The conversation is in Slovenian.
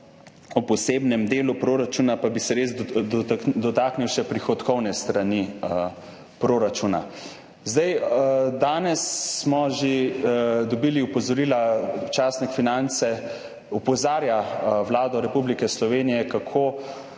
o posebnem delu proračuna, pa bi se res dotaknil še prihodkovne strani proračuna. Danes smo že dobili opozorila. Časnik Finance opozarja Vlado Republike Slovenije, kako